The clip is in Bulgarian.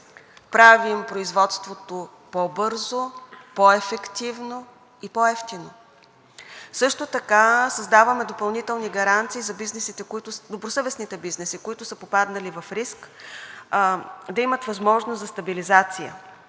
правим производството по-бързо, по-ефективно и по-евтино. Също така създаваме допълнителни гаранции за добросъвестните бизнеси, които са попаднали в риск, да имат възможност за стабилизация,